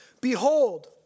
Behold